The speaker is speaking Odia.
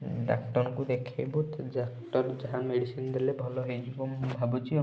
ଡକ୍ଟରଙ୍କୁ ଦେଖେଇବୁ ଡକ୍ଟର ଯାହା ମେଡ଼ିସିନ୍ ଦେଲେ ଭଲ ହେଇଯିବ ମୁଁ ଭାବୁଛି ଆଉ